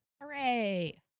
Hooray